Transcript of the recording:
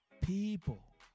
People